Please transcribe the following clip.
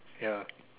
ya